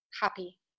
happy